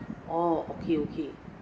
orh okay okay